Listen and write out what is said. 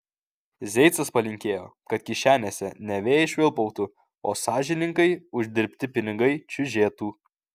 zeicas palinkėjo kad kišenėse ne vėjai švilpautų o sąžiningai uždirbti pinigai čiužėtų